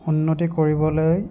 উন্নতি কৰিবলৈ